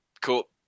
cool